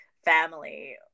family